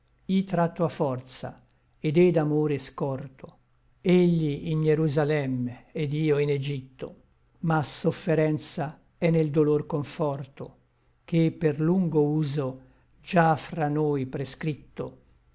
i tratto a forza et e d'amore scorto egli in ierusalem et io in egipto ma sofferenza è nel dolor conforto ché per lungo uso già fra noi prescripto